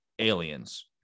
Aliens